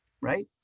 right